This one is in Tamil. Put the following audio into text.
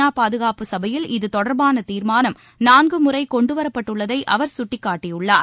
நா பாதுகாப்பு சபையில் இதுதொடர்பான தீர்மானம் நான்கு முறை கொண்டுவரப்பட்டுள்ளதை அவர் சுட்டிகாட்டியுள்ளார்